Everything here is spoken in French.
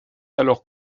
alors